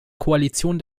koalition